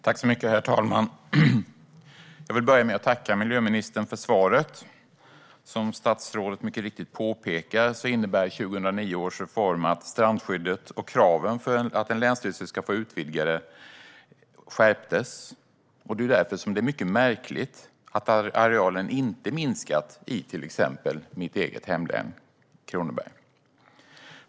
Herr talman! Jag vill börja med att tacka miljöministern för svaret. Som statsrådet mycket riktigt påpekar innebär 2009 års reform av strandskyddet att kraven för att en länsstyrelse ska få utvidga ett strandskyddsområde skärptes. Därför är det mycket märkligt att arealen inte minskat i till exempel mitt hemlän Kronoberg.